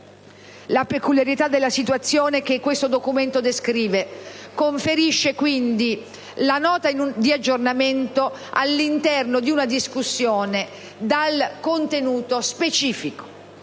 La peculiarità della situazione che questo documento descrive trasferisce quindi la Nota di aggiornamento all'interno di una discussione dal contenuto specifico.